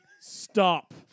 Stop